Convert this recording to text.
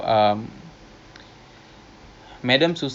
mount faber and sentosa and it's a round trip